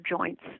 joints